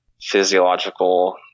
physiological